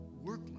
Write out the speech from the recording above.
work